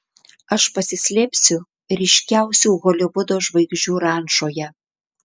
aš pasislėpsiu ryškiausių holivudo žvaigždžių rančoje